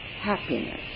happiness